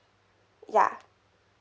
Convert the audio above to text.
ya